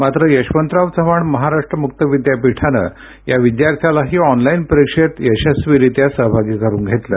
मात्र यसवंतराव चव्हाण महाराष्ट्र मुक्त विद्यापीठानं या विद्यार्थ्यालाही ऑनलाईन परीक्षेत यशस्वीरीत्या सहभागी करून घेतलं